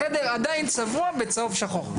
החדר עדיין צבוע בצהוב שחור.